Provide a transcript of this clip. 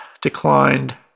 declined